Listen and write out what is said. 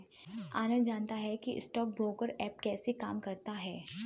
आनंद जानता है कि स्टॉक ब्रोकर ऐप कैसे काम करता है?